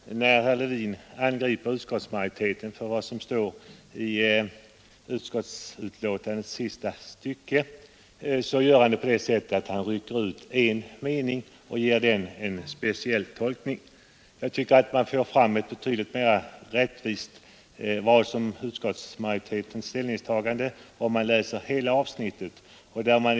Fru talman! När herr Levin angriper utskottsmajoriteten för vad som står i utlåtandets sista stycke, så gör han det på det sättet, att han rycker ut en mening och ger den en speciell tolkning. Jag tycker att man får fram en betydligt mera rättvisande bild av utskottsmajoritetens ställningstagande om man läser hela sista stycket.